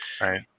Right